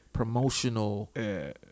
promotional